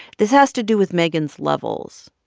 this has to do with megan's levels.